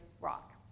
Rock